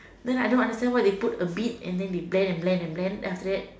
the I don't understand why the put a bit and blend and blend and blend and blend then after that